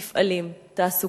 מפעלים, תעסוקה.